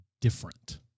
different